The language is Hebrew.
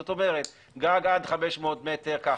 זאת אומרת גג עד 500 מטר - ככה.